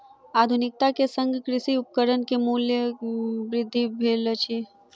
आधुनिकता के संग कृषि उपकरण के मूल्य वृद्धि भेल अछि